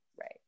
Right